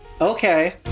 okay